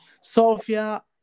Sofia